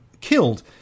killed